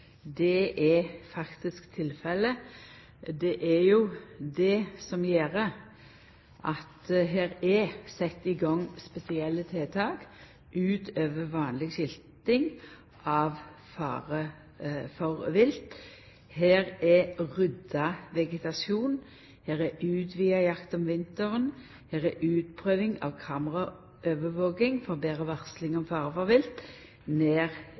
Det er faktisk tilfellet. Det er det som gjer at her er sett i gang spesielle tiltak utover vanleg skilting av fare for vilt. Her er rydda vegetasjon, her er utvida jakt om vinteren, her er utprøving av kameraovervaking for betre varsling om